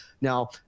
now